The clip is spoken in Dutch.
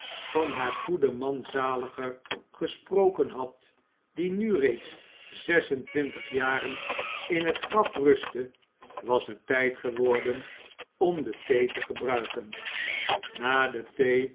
van haar goeden man zaliger gesproken had die nu reeds zes en twintig jaren in het graf rustte was het tijd geworden om de thee te gebruiken na de